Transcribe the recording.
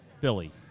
Philly